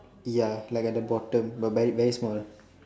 ya like at the bottom the very very small